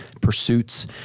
pursuits